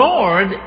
Lord